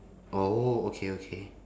oh okay okay